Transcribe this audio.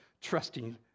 trusting